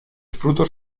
frutos